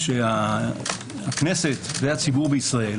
שהציבור בישראל